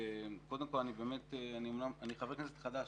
אני חבר כנסת חדש,